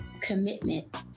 commitment